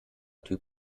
typ